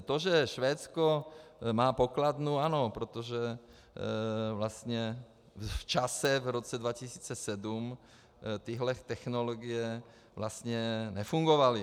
To, že Švédsko má pokladnu, ano, protože vlastně v čase, v roce 2007, tyhle technologie vlastně nefungovaly.